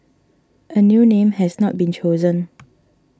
a new name has not been chosen